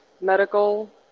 medical